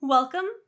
Welcome